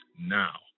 now